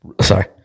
sorry